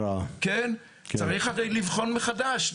צריך הרי לבחון מחדש,